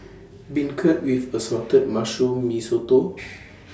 Beancurd with Assorted Mushrooms Mee Soto